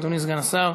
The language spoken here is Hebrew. אדוני סגן השר,